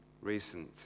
Recent